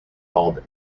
called